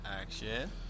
action